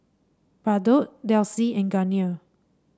Bardot Delsey and Garnier